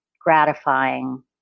gratifying